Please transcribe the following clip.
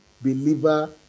believer